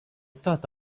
thought